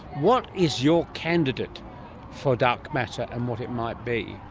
what is your candidate for dark matter and what it might be?